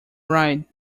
right